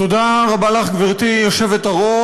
תודה רבה לך, גברתי היושבת-ראש.